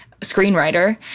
screenwriter